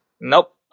Nope